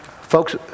Folks